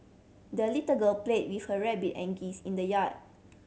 the little girl played with her rabbit and geese in the yard